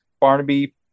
Barnaby